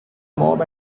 mob